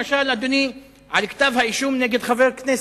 אדוני, על כתב האישום נגד חבר כנסת,